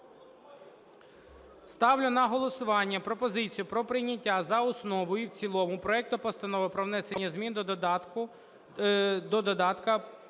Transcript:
Ставлю на голосування пропозицію про прийняття за основу і в цілому проекту Постанови про внесення змін до додатка